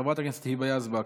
חברת הכנסת היבה יזבק,